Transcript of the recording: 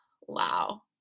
wow